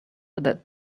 that